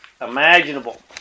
imaginable